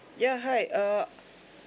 ya hi err